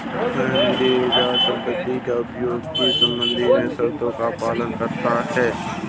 पट्टेदार संपत्ति के उपयोग के संबंध में शर्तों का पालन करता हैं